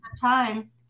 time